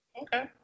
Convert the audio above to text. Okay